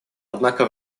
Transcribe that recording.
однако